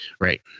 Right